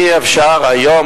למה אי-אפשר היום,